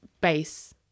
base